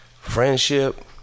friendship